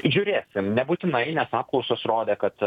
žiūrėsim nebūtinai nes apklausos rodė kad